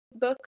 book